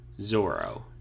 Zoro